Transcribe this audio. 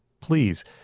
Please